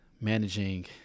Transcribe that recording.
managing